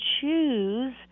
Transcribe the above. choose